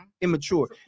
immature